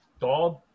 dog